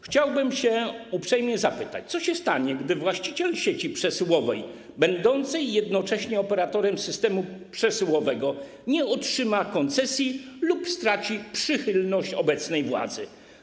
Chciałbym uprzejmie zapytać, co się stanie, gdy właściciel sieci przesyłowej będący jednocześnie operatorem systemu przesyłowego nie otrzyma koncesji lub straci przychylność obecnej władzy.